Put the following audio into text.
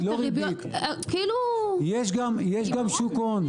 יש גם שוק ההון.